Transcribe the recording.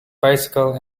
bicycle